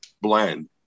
blend